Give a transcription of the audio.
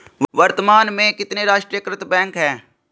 वर्तमान में कितने राष्ट्रीयकृत बैंक है?